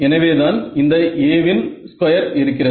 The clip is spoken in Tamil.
எனவேதான் இந்த Aயின் ஸ்கொயர் இருக்கிறது